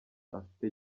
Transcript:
afite